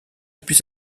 depuis